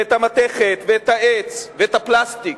ואת המתכת, ואת העץ ואת הפלסטיק.